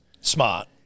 smart